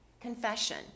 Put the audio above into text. Confession